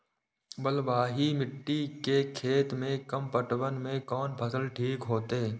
बलवाही मिट्टी के खेत में कम पटवन में कोन फसल ठीक होते?